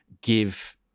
give